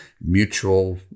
mutual